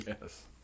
Yes